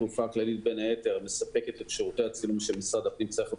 התעופה הכללית בין היתר מספקת את שירותי הצילום שהמשרד צריך,